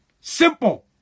Simple